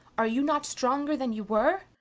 are you not stronger then you were?